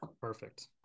Perfect